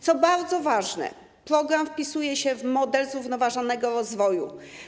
Co bardzo ważne, program wpisuje się w model zrównoważonego rozwoju.